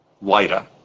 later